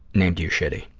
named you shitty.